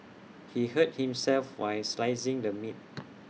he hurt himself while slicing the meat